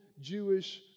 Jewish